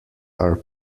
are